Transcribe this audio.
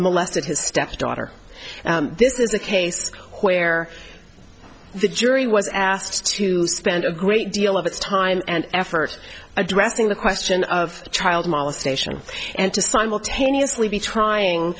molested his stepdaughter this is a case where the jury was asked to spend a great deal of its time and effort addressing the question of child molestation and to simultaneously be trying